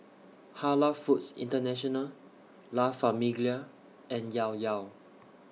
Halal Foods International La Famiglia and Llao Llao